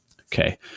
Okay